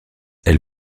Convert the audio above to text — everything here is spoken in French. elle